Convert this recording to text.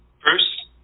Bruce